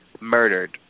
murdered